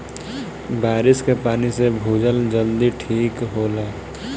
बारिस के पानी से भूजल जल्दी ठीक होला